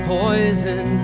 poison